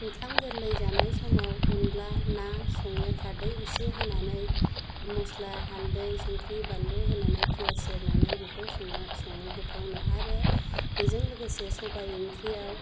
ओंखाम गोरलै जानाय समाव अनला ना सङो खारदै इसे होनानै मस्ला हालदै संख्रि बानलु होनानै पियाज सेरनानै बेखौ सङो गोथावनो आरो बेजों लोगोसे सबाय ओंख्रिआव